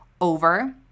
over